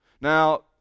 Now